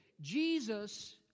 Jesus